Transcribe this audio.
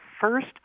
first